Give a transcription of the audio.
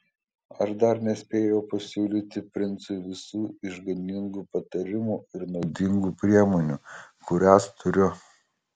aš dar nespėjau pasiūlyti princui visų išganingų patarimų ir naudingų priemonių kurias turiu